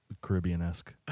Caribbean-esque